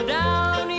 down